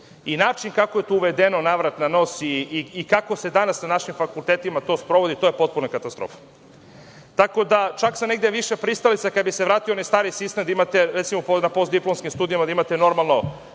i način kako je to uvedeno navrat na nos, i kako se danas na našim fakultetima to sprovodi je potpuna katastrofa. Čak sam negde više pristalica kada bi se vratio onaj stari sistem da imate, recimo, na posdiplomskim studijama normalno